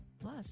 Plus